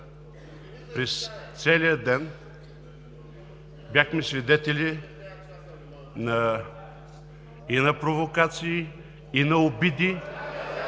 През целия ден бяхме свидетели и на провокации, и на обиди.